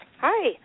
Hi